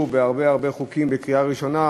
בהרבה הרבה חוקים שעלו לקריאה ראשונה,